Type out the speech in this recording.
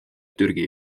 türgi